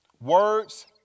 words